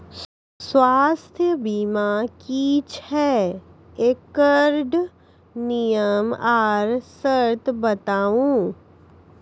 स्वास्थ्य बीमा की छियै? एकरऽ नियम आर सर्त बताऊ?